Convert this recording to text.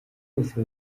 wese